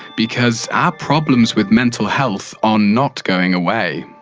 because our problems with mental health are not going away.